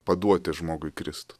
paduoti žmogui kristų